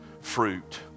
fruit